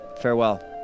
farewell